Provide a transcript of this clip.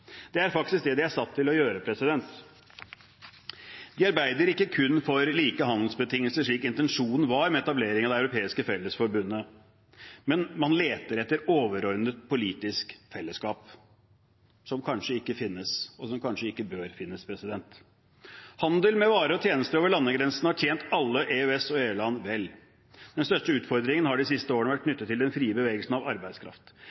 Det er faktisk det de er satt til å gjøre. De arbeider ikke kun for like handelsbetingelser, slik intensjonen var med etableringen av det europeiske fellesforbundet, men man leter etter overordnet politisk fellesskap, som kanskje ikke finnes, og som kanskje ikke bør finnes. Handel med varer og tjenester over landegrensene har tjent alle EØS- og EU-land vel. Den største utfordringen har de siste årene vært knyttet til den frie bevegelsen av arbeidskraft.